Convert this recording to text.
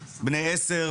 בני עשר,